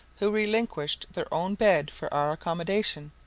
who relinquished their own bed for our accommodation,